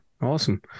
Awesome